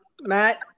Matt